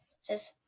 says